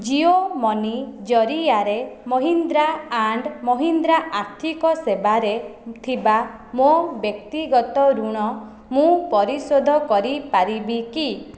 ଜିଓ ମନି ଜରିଆରେ ମହିନ୍ଦ୍ରା ଆଣ୍ଡ୍ ମହିନ୍ଦ୍ରା ଆର୍ଥିକ ସେବାରେ ଥିବା ମୋ' ବ୍ୟକ୍ତିଗତ ଋଣ ମୁଁ ପରିଶୋଧ କରିପାରିବି କି